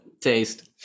taste